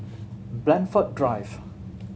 Blandford Drive